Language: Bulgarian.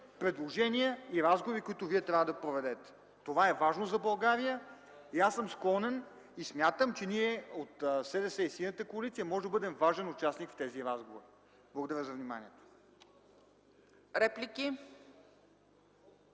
предложения и разговори, които вие трябва да проведете. Това е важно за България. Аз съм склонен и смятам, че ние от СДС и от Синята коалиция можем да бъдем важен участник в тези разговори. Благодаря за вниманието.